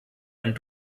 einen